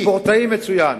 וספורטאי מצוין.